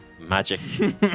magic